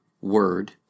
word